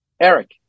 Eric